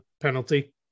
penalty